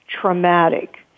traumatic